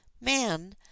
man